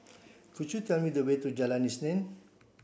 could you tell me the way to Jalan Isnin